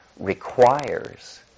requires